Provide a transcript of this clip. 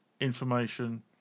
information